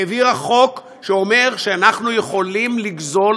העבירה חוק שאומר שאנחנו יכולים לגזול